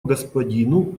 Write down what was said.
господину